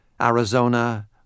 Arizona